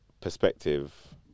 perspective